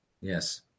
Yes